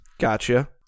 Gotcha